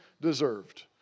deserved